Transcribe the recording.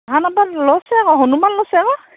ভাওনা part লৈছে আকৌ হনুমান লৈছে আকৌ